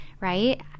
right